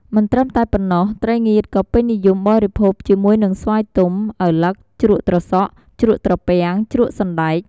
មិនត្រឹមតែប៉ុណ្ណោះ ត្រីងៀតក៏ពេញនិយមបរិភោគជាមួយនិងស្វាយទុំ ឪឡឹក ជ្រក់ត្រសក់ ជ្រក់ត្រពាំង ជ្រក់សណ្ដែក។